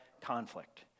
conflict